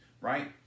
right